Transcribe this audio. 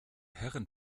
herren